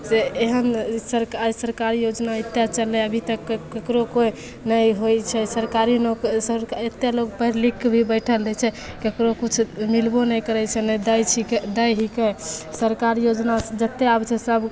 से एहन सरका आइ सरकारी योजना एतेक चललै हइ अभी तक ककरो कोइ नहि होइ छै सरकारी नौक सरकार एतेक लोक पढ़ि लिखि कऽ भी बैठल रहै छै ककरो किछु मिलबो नहि करै छै नहि दै छिकै दै हिकै सरकारी योजना जतेक आबै छै सभ